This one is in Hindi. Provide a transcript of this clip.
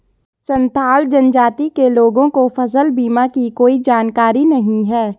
संथाल जनजाति के लोगों को फसल बीमा की कोई जानकारी नहीं है